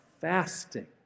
fasting